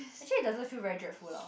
actually it doesn't feel very dreadful lah